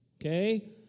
Okay